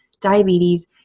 diabetes